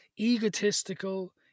egotistical